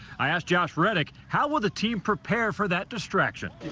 i asked josh reddick how will the team prepare for that distraction.